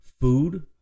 food